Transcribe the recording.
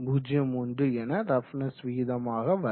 01 என ரஃப்னஸ் விகிதமாக வரும்